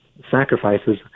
sacrifices